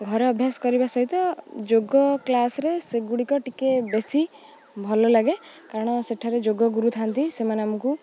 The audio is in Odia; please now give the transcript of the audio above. ଘରେ ଅଭ୍ୟାସ କରିବା ସହିତ ଯୋଗ କ୍ଲାସରେ ସେଗୁଡ଼ିକ ଟିକେ ବେଶୀ ଭଲ ଲାଗେ କାରଣ ସେଠାରେ ଯୋଗ ଗୁରୁ ଥାନ୍ତି ସେମାନେ ଆମକୁ